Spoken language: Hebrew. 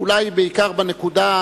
אולי בעיקר בנקודה,